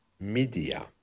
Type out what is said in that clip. media